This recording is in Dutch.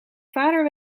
vader